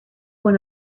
one